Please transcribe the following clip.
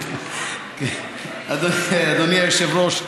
אדוני היושב-ראש,